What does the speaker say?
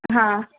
ಹಾಂ